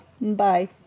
Bye